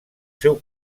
seu